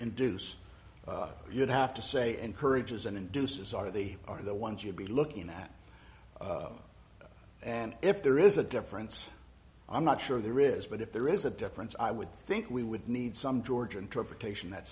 induce you'd have to say encourages and induces are the are the ones you'd be looking at and if there is a difference i'm not sure there is but if there is a difference i would think we would need some george interpretation that